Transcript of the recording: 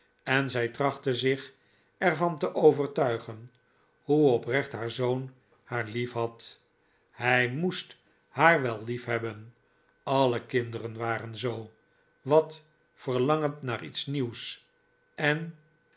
en zij trachtte zich er van te overtuigen hoe oprecht haar zoon haar lief had hij moest haar wel lief hebben alle kinderen waren zoo wat verlangend naar iets nieuws en